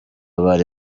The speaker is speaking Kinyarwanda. bari